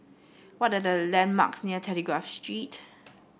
what are the landmarks near Telegraph Street